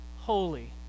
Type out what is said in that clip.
holy